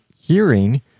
hearing